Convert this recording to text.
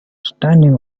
standing